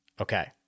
Okay